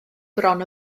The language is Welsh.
bron